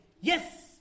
Yes